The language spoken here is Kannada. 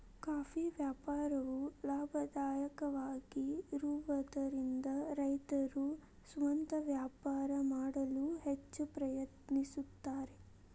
ಕಾಫಿ ವ್ಯಾಪಾರವು ಲಾಭದಾಯಕವಾಗಿರುವದರಿಂದ ರೈತರು ಸ್ವಂತ ವ್ಯಾಪಾರ ಮಾಡಲು ಹೆಚ್ಚ ಪ್ರಯತ್ನಿಸುತ್ತಾರೆ